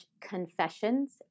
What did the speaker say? confessions